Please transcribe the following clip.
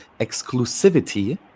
exclusivity